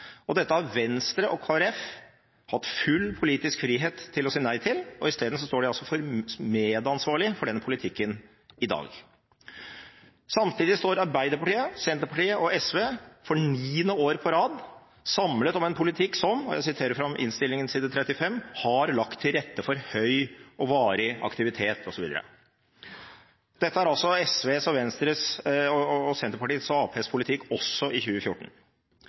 ut. Dette har Venstre og Kristelig Folkeparti hatt full politisk frihet til å si nei til, isteden står de som medansvarlige for denne politikken i dag. Samtidig står Arbeiderpartiet, Senterpartiet og SV for niende år på rad samlet om en politikk som – jeg siterer fra innstillingen side 24: «har lagt til rette for høy aktivitet osv.». Dette er altså SV, Senterpartiet og Arbeiderpartiets politikk også i 2014.